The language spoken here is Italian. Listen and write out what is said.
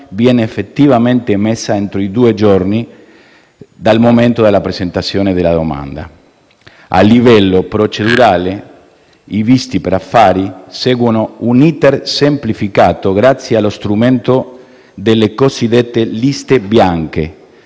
venga effettivamente emessa entro due giorni dal momento della presentazione della domanda. A livello procedurale, i visti per affari seguono un *iter* semplificato, grazie allo strumento delle cosiddette liste bianche,